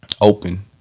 Open